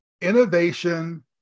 innovation